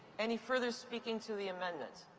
any further speaking to the amendment?